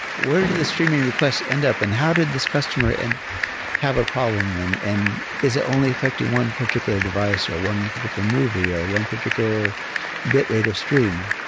where does the streaming request end up and how did this customer and have a problem, and is it only affecting one particular device or one particular movie or one particular bit rate of stream?